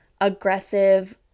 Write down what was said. aggressive